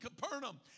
Capernaum